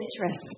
interest